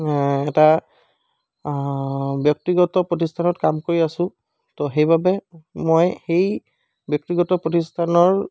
এটা ব্যক্তিগত প্ৰতিষ্ঠানত কাম কৰি আছোঁ তো সেইবাবে মই সেই ব্যক্তিগত প্ৰতিষ্ঠানৰ